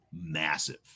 massive